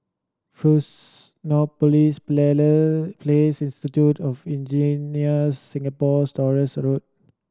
Fusionopolis Place Institute of Engineers Singapore Stores Road